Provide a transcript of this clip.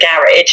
garage